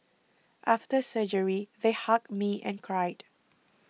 after surgery they hugged me and cried